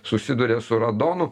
susiduria su radonu